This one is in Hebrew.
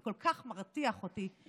זה כל כך מרתיח אותי,